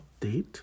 update